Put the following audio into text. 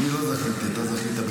אני לא זכיתי, אתה זכית.